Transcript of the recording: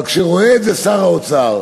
אבל כשרואה את זה שר האוצר,